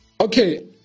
Okay